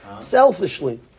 Selfishly